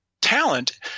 talent